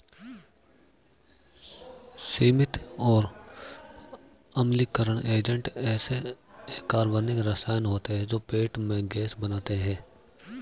सीमित और अम्लीकरण एजेंट ऐसे अकार्बनिक रसायन होते हैं जो पेट में गैस बनाते हैं